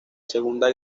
segunda